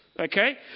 okay